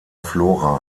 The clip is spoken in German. flora